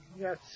Yes